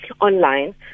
online